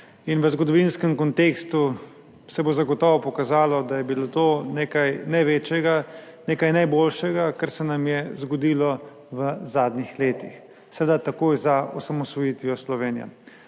in v zgodovinskem kontekstu se bo zagotovo pokazalo, da je bilo to nekaj največjega, nekaj najboljšega, kar se nam je zgodilo v zadnjih letih, seveda takoj za osamosvojitvijo Slovenije.